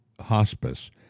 hospice